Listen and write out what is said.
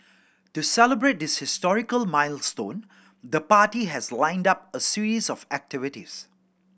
to celebrate this historical milestone the party has lined up a series of activities